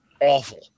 awful